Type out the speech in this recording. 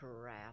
crap